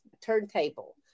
turntable